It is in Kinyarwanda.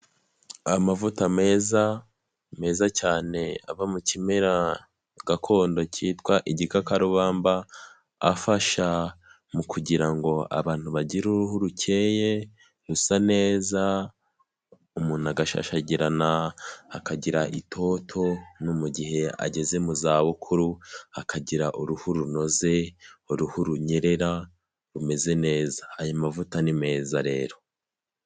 Amavuta meza meza cyane ava mu kimera gakondo cyitwa igikakarubamba, afasha mu kugira ngo abantu bagire uruhu rukeye rusa neza umuntu agashashagirana akagira itoto no mu gihe ageze mu zabukuru akagira uruhu runoze, uruhu runyerera rumeze neza, ayo mavuta ni meza rero.